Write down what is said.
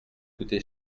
coûté